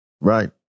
Right